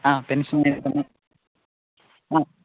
ആ പെൻഷൻ ആ